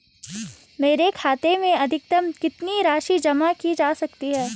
मेरे खाते में अधिकतम कितनी राशि जमा की जा सकती है?